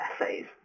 essays